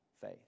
faith